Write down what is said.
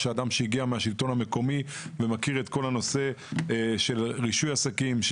שאדם שהגיע מהשלטון המקומי ומכיר את כול הנושא של רישוי עסקים,